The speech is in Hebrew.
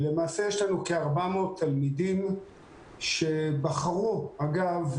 ולמעשה יש לנו כ-400 תלמידים שבחרו אגב,